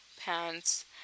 pants